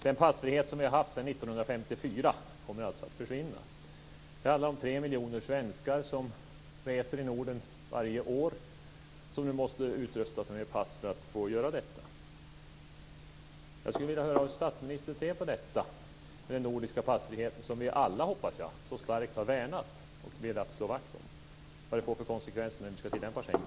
Den passfrihet som vi haft sedan 1954 kommer alltså att försvinna. Det handlar om tre miljoner svenskar som reser i Norden varje år och som nu måste utrusta sig med pass för att få göra det. Jag skulle vilja höra hur statsministern ser på frågan om den nordiska passfriheten, som jag hoppas att vi alla starkt har värnat och velat slå vakt om. Vilka konsekvenser får det när vi ska tillämpa Schengen?